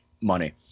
Money